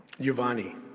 Giovanni